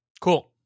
Cool